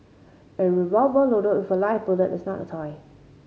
a revolver loaded with a live bullet is not a toy